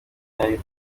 nari